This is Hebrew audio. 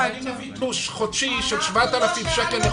אני מביא תלוש חודשי של 7,000 שקלים לחודש.